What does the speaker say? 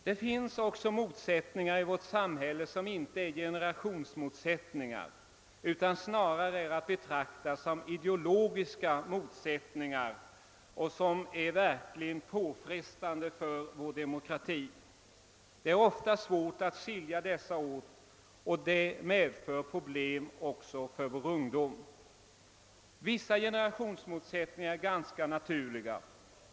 Det finns också motsättningar i vårt samhälle som inte är generationsmotsättningar utan snarare är att betrakta som ideologiska motsättningar och som verkligen är påfrestande för vår demokrati. Det är ofta svårt att skilja dessa åt, och det medför problem också för vår ungdom. Vissa generationsmotsättningar är ganska naturliga.